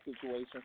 situation